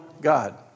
God